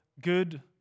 good